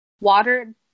water